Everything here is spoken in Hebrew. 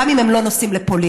גם אם הם לא נוסעים לפולין.